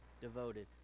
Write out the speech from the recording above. devoted